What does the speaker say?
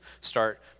start